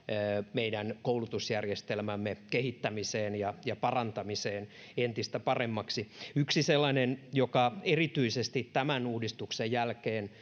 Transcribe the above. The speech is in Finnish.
meidän koulutusjärjestelmämme kehittämiseen ja ja parantamiseen entistä paremmaksi yksi sellainen joka erityisesti tämän uudistuksen jälkeen